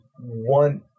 one